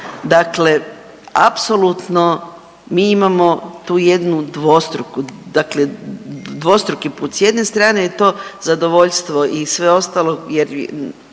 dakle apsolutno mi imamo tu jednu dvostruku, dakle dvostruki put, s jedne strane je to zadovoljstvo i sve ostalo jer